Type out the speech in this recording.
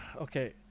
Okay